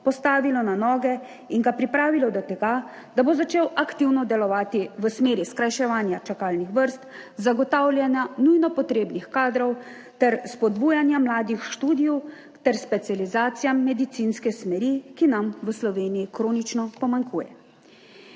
postavilo na noge in ga pripravilo do tega, da bo začel aktivno delovati v smeri skrajševanja čakalnih vrst, zagotavljanja nujno potrebnih kadrov ter spodbujanja mladih v študiju ter specializacijam medicinske smeri, ki nam v Sloveniji kronično pomanjkuje.